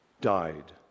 died